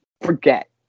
forget